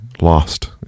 lost